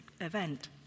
event